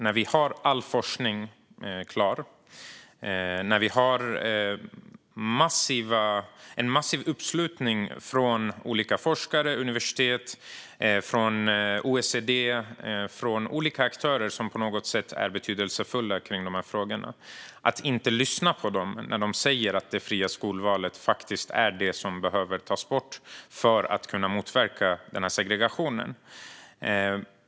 När vi har all forskning klar, när vi har en massiv uppslutning från olika forskare, universitet, OECD och andra betydelsefulla aktörer i de här frågorna, varför ska vi då inte lyssna när de säger att det fria skolvalet är det som behöver tas bort för att motverka segregationen?